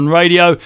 radio